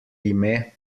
ime